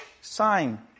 sign